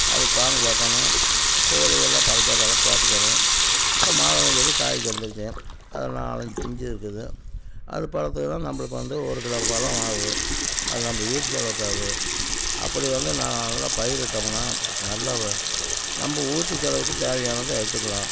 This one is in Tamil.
அது பாங்கு பாக்கணும் கோழி இதெல்லாம் பாதிக்காதளவுக்கு பார்த்துக்கணும் இப்போ மாதுளஞ்செடி காய்க்கு வந்துடுச்சு அதில் நாலஞ்சு பிஞ்சு இருக்குது அது பழுத்ததுன்னா நம்மளுக்கு வந்து ஒரு கிலோ பழம் ஆகும் அது நம்ம வீட்டு செலவுக்கு ஆகும் அப்படி வந்து நான் நல்லா பயிரிட்டோம்ன்னா நல்லா நம்ம வீட்டு செலவுக்கு தேவையானதை எடுத்துக்கலாம்